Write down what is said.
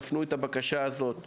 תפנו את הבקשה הזאת באמצעותנו.